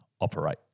operate